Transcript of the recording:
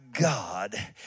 God